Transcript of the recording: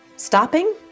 Stopping